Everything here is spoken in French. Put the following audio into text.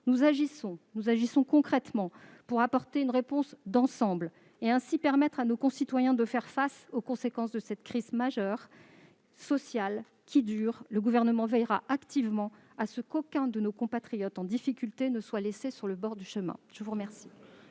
la sénatrice, nous agissons concrètement pour apporter une réponse d'ensemble et, ainsi, permettre à nos concitoyens de faire face aux conséquences de cette crise sociale majeure, qui dure. Le Gouvernement veillera activement à ce qu'aucun de nos compatriotes en difficulté ne soit laissé sur le bord du chemin. La parole